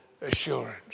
assurance